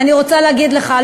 אני רוצה להגיד לך,